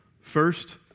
First